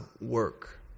work